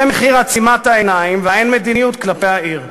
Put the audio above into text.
זה מחיר עצימת העיניים והאין-מדיניות כלפי העיר.